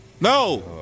No